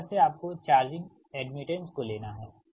इस तरह से आपको चार्जिंग एड्मिटेंस को लेना है